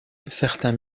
certains